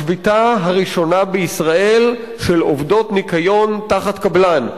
השביתה הראשונה בישראל של עובדות ניקיון תחת קבלן.